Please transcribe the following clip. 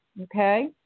Okay